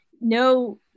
no